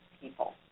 people